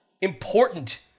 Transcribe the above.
important